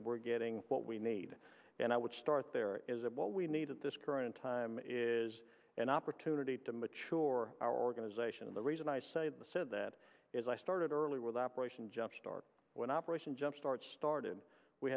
that we're getting what we need and i would start there is that what we need at this current time is an opportunity to mature our organization and the reason i say the said that is i started early with operation jump start when operation jump start